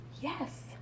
Yes